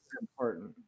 important